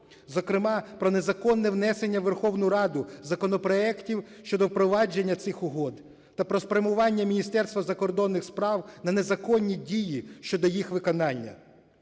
зокрема про незаконне внесення в Верховну Раду законопроектів щодо впровадження цих угод та про спрямування Міністерству закордонних справ на незаконні дії щодо їх виконання.